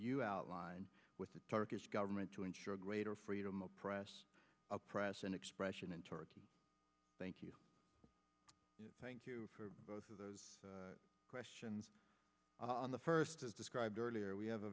you outline with the turkish government to ensure greater freedom of press press and expression in turkey thank you thank you both of those questions on the first as described earlier we have a